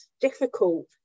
difficult